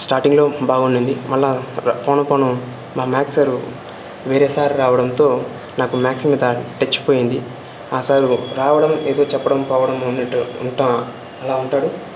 స్టార్టింగ్లో బాగుండింది మళ్ళీ పోను పోను మా మ్యాథ్స్ సారు వేరే సార్ రావడంతో నాకు మ్యాథ్స్ మీద టచ్ పోయింది ఆ సారు రావడం ఎదో చెప్పడం పోవడం అన్నట్టు ఉంటా అలా ఉంటాడు